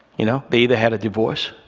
you know? they either had a divorce,